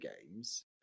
games